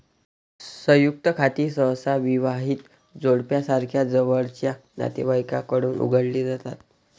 संयुक्त खाती सहसा विवाहित जोडप्यासारख्या जवळच्या नातेवाईकांकडून उघडली जातात